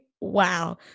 wow